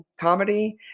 comedy